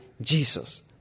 Jesus